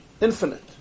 Infinite